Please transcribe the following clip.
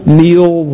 meal